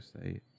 say